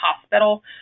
hospital